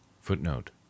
Footnote